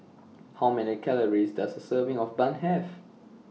How Many Calories Does A Serving of Bun Have